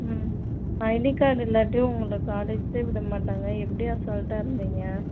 ம் ID card இல்லாட்டி உங்களை காலேஜுக்கே விடமாட்டாங்க எப்படி அசால்ட்டாக இருந்தீங்க